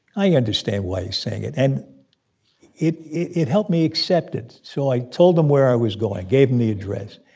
i understand why he's saying it. and it. and it helped me accept it. so i told him where i was going gave him the address.